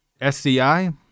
SCI